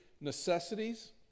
necessities